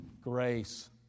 grace